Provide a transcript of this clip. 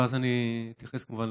ואז אני אתייחס כמובן לשאלה.